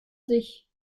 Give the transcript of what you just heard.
sich